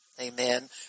Amen